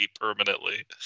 permanently